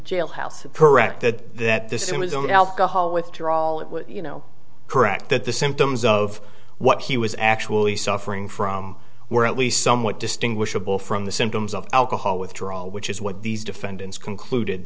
jailhouse correct that that this it was on alcohol withdrawal you know correct that the symptoms of what he was actually suffering from were at least somewhat distinguishable from the symptoms of alcohol withdrawal which is what these defendants concluded